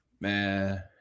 Man